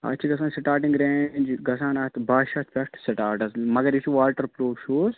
اَتھ چھُ گژھان سِٹارٹِنٛگ رینٛج گژھان اَتھ باہ شٮ۪تھ پٮ۪ٹھ سٹارٹ حظ مگر یہِ چھُ واٹر پرٛوٗف شوٗز